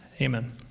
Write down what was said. Amen